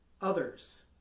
others